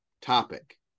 topic